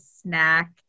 snack